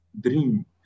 dream